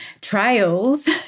trails